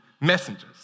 messengers